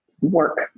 work